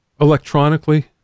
electronically